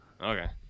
Okay